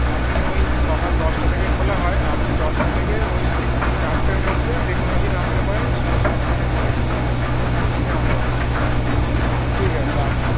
আপনি ওই সকাল দশটা থেকে খোলা হয় আপনি দশটা থেকে ওই চারটের মধ্যে যে কোনো দিন আসতে পারেন সো সোম থেকে শনির মধ্যে প্রত্যেকদিনই আমাদের অফিস খোলা থাকে ঠিক আছে আসুন